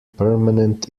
permanent